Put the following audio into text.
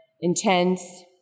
intense